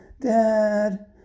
dad